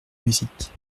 musique